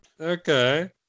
Okay